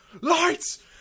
lights